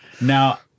Now